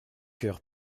heures